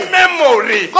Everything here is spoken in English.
memory